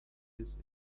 his